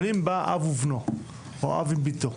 אבל אם בא אב ובנו או אב עם בתו,